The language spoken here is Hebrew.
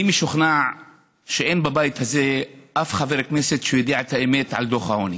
אני משוכנע שאין בבית הזה אף חבר כנסת שיודע את האמת על דוח העוני.